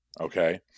okay